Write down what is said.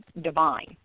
divine